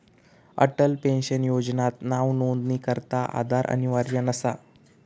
Atal pension योजनात नावनोंदणीकरता आधार अनिवार्य नसा